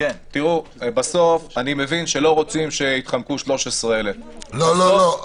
בסוף, אני מבין שלא רוצים שיתחמקו 13,000, נכון?